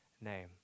name